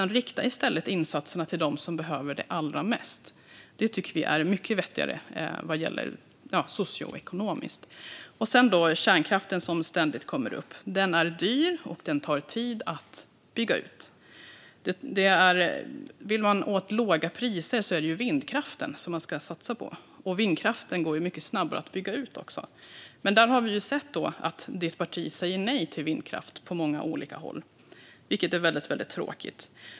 Rikta i stället insatserna till dem som behöver det allra mest! Det tycker vi är mycket vettigare, socioekonomiskt sett. Kärnkraften, som ständigt kommer upp, är dyr och tar tid att bygga ut. Vill man åt låga priser är det ju vindkraften man ska satsa på. Vindkraften går också mycket snabbare att bygga ut. Men vi har ju sett att ledamotens parti säger nej till vindkraft på många olika håll, vilket är väldigt tråkigt.